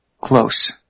close